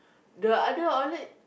the other outlet